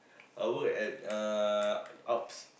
I will work at uh Ups